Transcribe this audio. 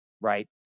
right